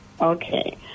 Okay